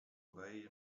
away